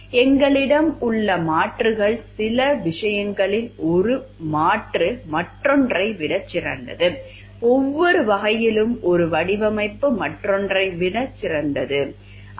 எங்களிடம் உள்ள மாற்றுகள் சில விஷயங்களில் ஒரு மாற்று மற்றொன்றை விட சிறந்தது ஒவ்வொரு வகையிலும் ஒரு வடிவமைப்பு மற்றொன்றை விட சிறந்தது அல்ல